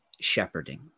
shepherding